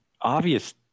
obvious